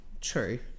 true